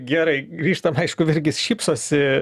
gerai grįžtam aišku virgis šypsosi